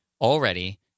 already